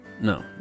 no